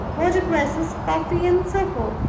water-cresses, coffee, and so forth.